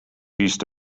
east